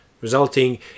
resulting